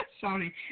Sorry